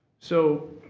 so